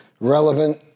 relevant